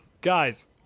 guys